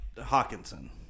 Hawkinson